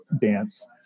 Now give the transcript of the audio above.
dance